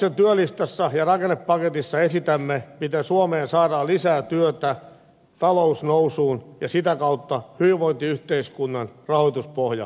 kokoomuksen työlistassa ja rakennepaketissa esitämme miten suomeen saadaan lisää työtä talous nousuun ja sitä kautta hyvinvointiyhteiskunnan rahoituspohja turvattua